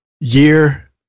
year